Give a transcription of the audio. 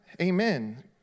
Amen